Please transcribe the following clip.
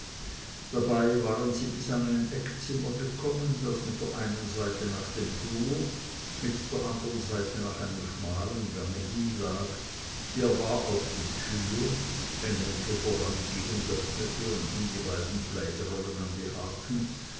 dabei waren sie bis an ein eckzimmer gekommen das mit der einen seite nach dem flur mit der andern seite nach einem schmalen gang hin lag hier war auch die tür engelke vorangehend öffnete und hing die beiden plaidrollen an die haken